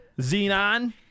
Xenon